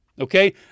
okay